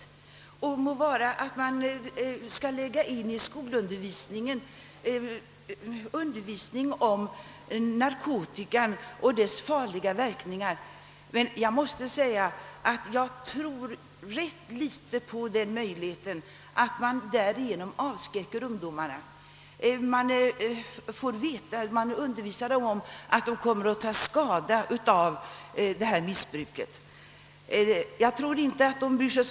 Det må så vara att man i skolorna nu skall lägga in undervisning om narkotika och dess farliga verkningar, men jag tror ganska litet på möjligheten att på det sättet avskräcka ungdomarna. De bryr sig nog inte så mycket om vad som i undervisningen sägs om missbrukets skadeverkningar.